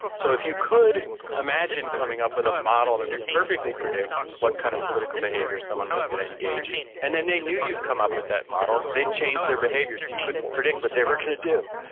so if you could imagine coming up with a model that would perfectly predict what kind of political behaviour someone was going to engage in, and then they knew you would come up with that model, they'd change their behaviour so you couldn't predict what they were going to do.